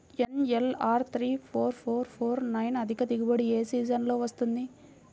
NLR three four four four nine అధిక దిగుబడి ఏ సీజన్లలో వస్తుంది?